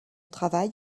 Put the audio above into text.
travail